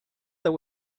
that